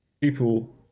people